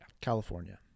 California